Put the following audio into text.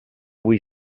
vuit